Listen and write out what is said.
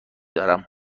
دارم